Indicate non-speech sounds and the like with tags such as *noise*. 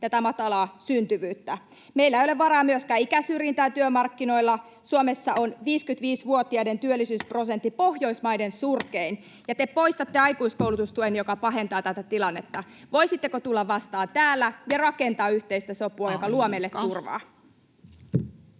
pahentavat matalaa syntyvyyttä. Meillä ei ole varaa myöskään ikäsyrjintään työmarkkinoilla. Suomessa *noise* 55-vuotiaiden työllisyysprosentti on Pohjoismaiden surkein, ja te poistatte aikuiskoulutustuen, joka pahentaa tätä tilannetta. Voisitteko tulla vastaan täällä ja rakentaa yhteistä sopua, [Puhemies: Aika!]